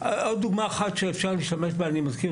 עוד דוגמה אחת שאפשר להשתמש בה אני מזכיר